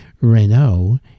Renault